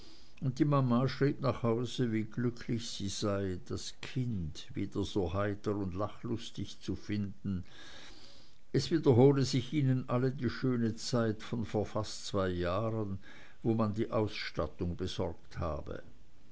und die mama schrieb nach hause wie glücklich sie sei das kind wieder so heiter und lachlustig zu finden es wiederhole sich ihnen allen die schöne zeit von vor fast zwei jahren wo man die ausstattung besorgt habe